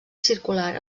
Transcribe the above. circular